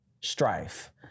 strife